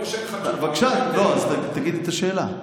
או שאין לך תשובה --- בבקשה, תגיד את השאלה.